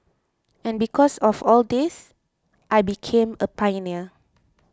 and because of all this I became a pioneer